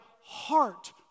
heart